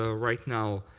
ah right now,